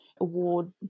award